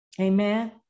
Amen